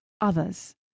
others